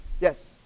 Yes